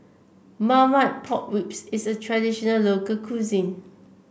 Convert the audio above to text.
Marmite Pork Ribs is a traditional local cuisine